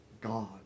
God